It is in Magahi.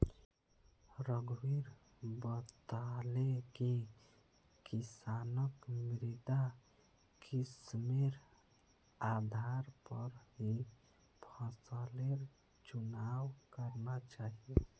रघुवीर बताले कि किसानक मृदा किस्मेर आधार पर ही फसलेर चुनाव करना चाहिए